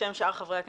בשם שאר חברי הכנסת.